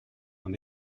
dans